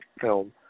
film